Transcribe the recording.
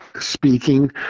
Speaking